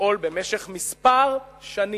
לפעול במשך מספר שנים,